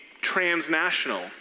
transnational